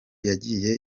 yagiye